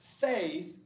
faith